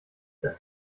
das